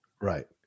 right